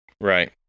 Right